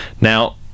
Now